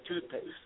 toothpaste